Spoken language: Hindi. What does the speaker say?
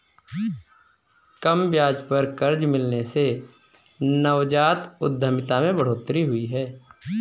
कम ब्याज पर कर्ज मिलने से नवजात उधमिता में बढ़ोतरी हुई है